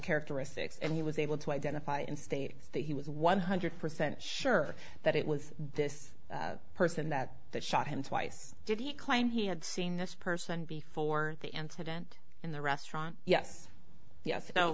characteristics and he was able to identify in states that he was one hundred percent sure that it was this person that that shot him twice did he claim he had seen this person before the incident in the restaurant yes ye